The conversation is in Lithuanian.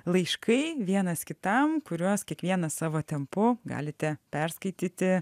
laiškai vienas kitam kuriuos kiekvienas savo tempu galite perskaityti